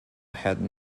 had